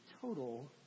total